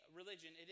religion